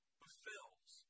fulfills